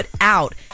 out